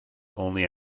only